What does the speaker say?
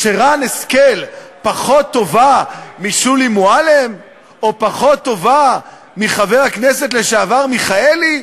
השכל פחות טובה משולי מועלם או פחות טובה מחבר הכנסת לשעבר מיכאלי?